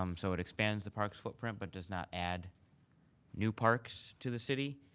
um so it expands the park's footprint, but does not add new parks to the city.